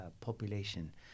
population